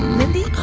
mindy?